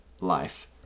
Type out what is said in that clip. life